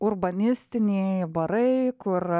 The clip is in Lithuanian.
urbanistiniai barai kur